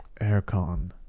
aircon